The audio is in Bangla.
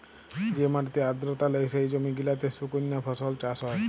যে মাটিতে আদ্রতা লেই, সে জমি গিলাতে সুকনা ফসল চাষ হ্যয়